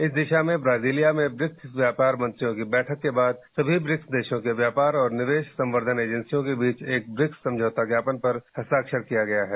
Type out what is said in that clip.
इस दिशा में ब्राजिलिया में ब्रिक्स व्यापार मंत्रियों की बैठक के बाद सभी ब्रिक्स देशों के व्यापार और निवेश संवर्धन एजेंसियों के बीच एक ब्रिक्स समझौता ज्ञापन पर हस्ताक्षर किया गया है